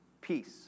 peace